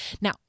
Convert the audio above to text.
Now